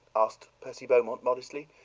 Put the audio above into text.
asked percy beaumont modestly,